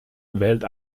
wählt